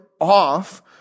off